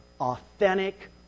authentic